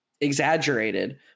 exaggerated